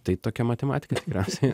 tai tokia matematika tikriausiai